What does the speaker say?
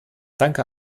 danke